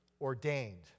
ordained